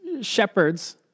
shepherds